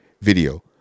video